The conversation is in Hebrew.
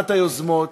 ראשונת היוזמות,